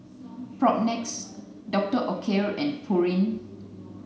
Propnex Doctor Oetker and Pureen